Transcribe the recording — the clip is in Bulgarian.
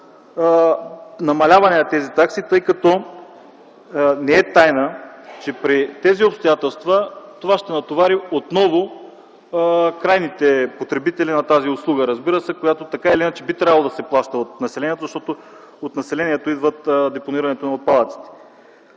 намаляване на тези такси, тъй като не е тайна, че при тези обстоятелства това отново ще натовари крайните потребители на тази услуга, която така или иначе би трябвало да се плаща от населението, защото от населението идва депонирането на отпадъците.